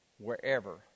wherever